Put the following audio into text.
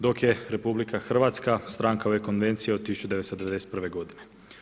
Dok je RH stranka ove konvencije od 1991. godine.